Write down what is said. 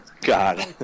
God